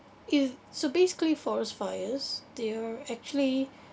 if so basically forest fires they're actually